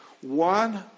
One